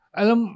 alam